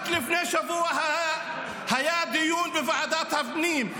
רק לפני שבוע היה דיון בוועדת הפנים,